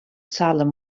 salem